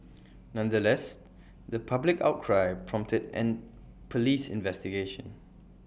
nonetheless the public outcry prompted an Police investigation